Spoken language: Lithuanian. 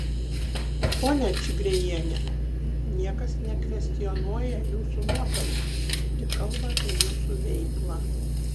ponia čigriejiene niekas nekvestionuoja jūsų nuopelnų tik kalba apie jūsų veiklą